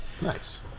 nice